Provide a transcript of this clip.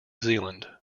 zealand